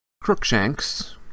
Crookshanks